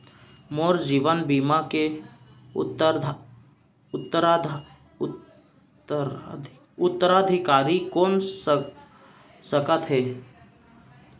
मोर जीवन बीमा के उत्तराधिकारी कोन सकत हे?